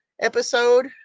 episode